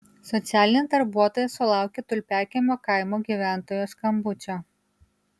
socialinė darbuotoja sulaukė tulpiakiemio kaimo gyventojos skambučio